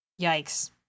Yikes